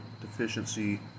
deficiency